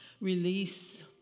Release